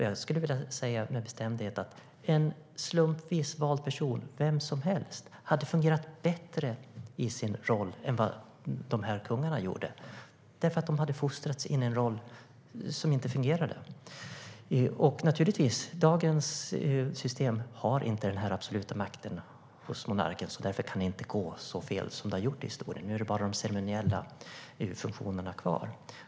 Jag skulle vilja säga med bestämdhet att en slumpvis vald person, vem som helst, hade fungerat bättre i sin roll än vad de här kungarna gjorde, därför att de hade fostrats in i en roll som inte fungerade. Dagens system har inte den här absoluta makten hos monarken, och därför kan det inte gå så fel som det har gjort i historien. Nu är det bara de ceremoniella funktionerna kvar.